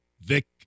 Vic